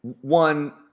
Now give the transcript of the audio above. one